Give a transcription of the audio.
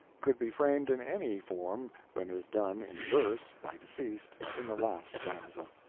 could be framed in any form than is done in verse by deceased in the last stanza.